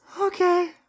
Okay